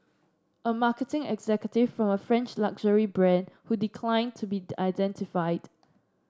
a marketing executive from a French luxury brand who declined to be identified